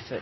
i